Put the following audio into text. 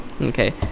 Okay